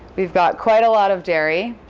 we've got quite a lot of dairy.